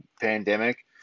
pandemic